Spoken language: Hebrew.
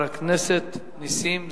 חבר הכנסת נסים זאב.